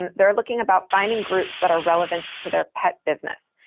and they're looking about finding groups that are relevant to their pet business.